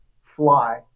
fly